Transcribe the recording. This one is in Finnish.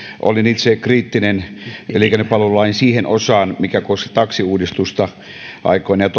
olin itse kriittinen liikennepalvelulain siihen osaan mikä koski taksiuudistusta aikoinaan ja